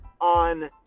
on